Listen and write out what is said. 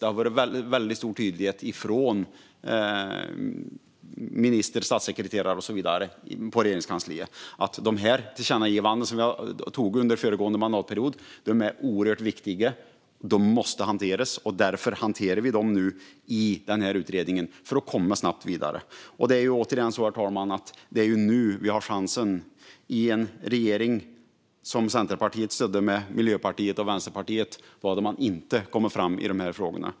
Det har varit en väldigt stor tydlighet från minister, statssekreterare och så vidare på Regeringskansliet om att de tillkännagivanden som vi riktade under föregående mandatperiod är oerhört viktiga. De måste hanteras, och därför hanterar vi dem nu i utredningen för att snabbt komma vidare. Det är återigen så, herr talman, att det är nu vi har chansen. I den regering som Centerpartiet stödde med Miljöpartiet och Vänsterpartiet kom man inte fram i de här frågorna.